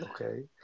Okay